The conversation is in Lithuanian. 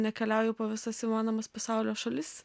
nekeliauju po visas įmanomas pasaulio šalis